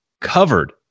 covered